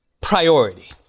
Priority